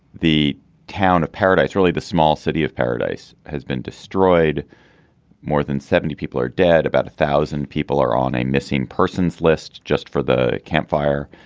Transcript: the town of paradise really the small city of paradise has been destroyed more than seventy people are dead about a one thousand people are on a missing persons list just for the campfire.